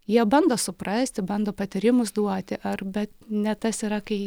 jie bando suprasti bando patarimus duoti ar bet ne tas yra kai